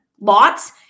lots